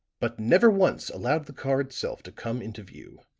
but never once allowed the car itself to come into view.